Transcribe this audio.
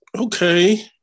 okay